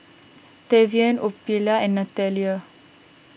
Tavian Ophelia and Nathalia